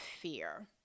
fear